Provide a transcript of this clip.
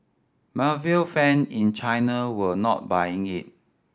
marvel fan in China were not buying it